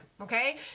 Okay